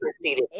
proceeded